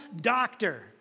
doctor